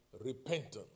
repentance